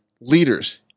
leaders